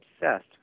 obsessed